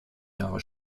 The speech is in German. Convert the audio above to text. jahre